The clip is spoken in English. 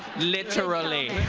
literally.